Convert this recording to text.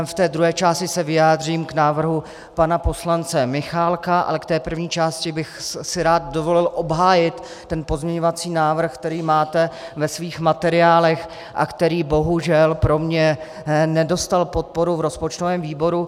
V druhé části se vyjádřím k návrhu pana poslance Michálka, ale v té první části bych si rád dovolil obhájit pozměňovací návrh, který máte ve svých materiálech a který bohužel pro mě nedostal podporu v rozpočtovém výboru.